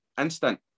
instant